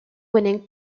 winning